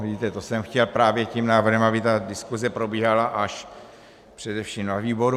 Vidíte, to jsem chtěl právě tím návrhem, aby ta diskuse probíhala až především na výboru.